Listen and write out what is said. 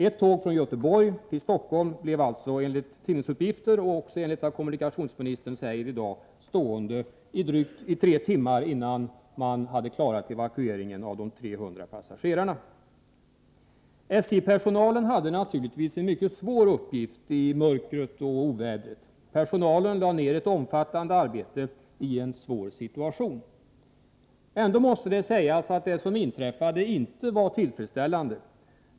Ett tåg från Göteborg till Stockholm blev alltså enligt tidningsuppgifter och enligt vad kommunikationsministern i dag säger stående i tre timmar, innan man hade klarat evakueringen av de 300 passagerarna. SJ-personalen hade naturligtvis en mycket svår uppgift i mörkret och ovädret. Personalen lade ned ett omfattande arbete i en svår situation. Ändå måste man säga att det inte var tillfredsställande.